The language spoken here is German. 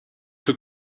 für